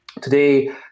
today